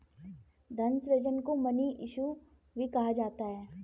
धन सृजन को मनी इश्यू भी कहा जाता है